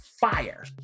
fire